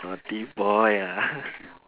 naughty boy ah